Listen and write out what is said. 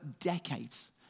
decades